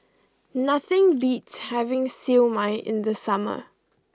nothing beats having Siew Mai in the summer